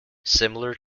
similar